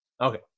Okay